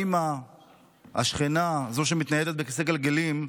האימא, השכנה, זו שמתניידת בכיסא גלגלים,